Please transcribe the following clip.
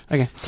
Okay